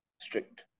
strict